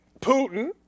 Putin